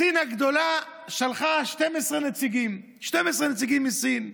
סין הגדולה שלחה 12 נציגים, 12 נציגים מסין.